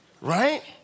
right